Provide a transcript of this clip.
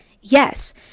Yes